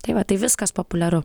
tai va tai viskas populiaru